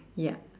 ya